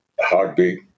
heartbeat